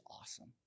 awesome